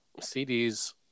CDs